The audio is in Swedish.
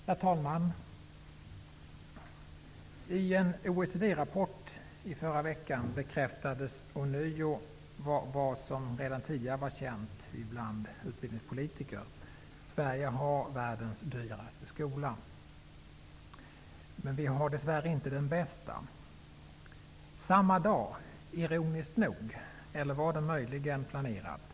Herr talman! I en OECD-rapport från förra veckan bekräftades ånyo vad som redan tidigare var känt bland utbildningspolitiker, nämligen att Sverige har världens dyraste skola. Dess värre har vi inte den bästa. Samma dag -- ironiskt nog, eller var det möjligen planerat?